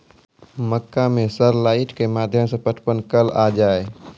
मक्का मैं सर लाइट के माध्यम से पटवन कल आ जाए?